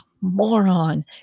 Moron